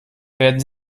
werden